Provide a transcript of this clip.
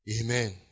Amen